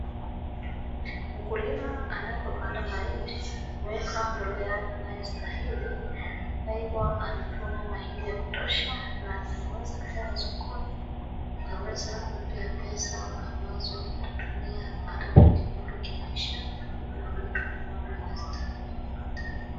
Mkulima anapopanda mahindi na kuweka mbolea inayostahili, na hivyo anavuna mahindi ya kutosha na anaweza peleka sokoni yakaweza kumpea pesa ambazo atatumia hata kujimudu kimaisha na kununua vitu ambavyo anastahili anahitaji.